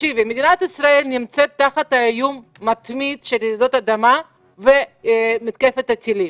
מדינת ישראל נמצאת תחת איום מתמיד של רעידות אדמה ומתקפת טילים,